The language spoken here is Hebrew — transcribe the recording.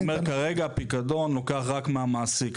אני אומר כרגע הפיקדון נוכה רק מהמעסיק.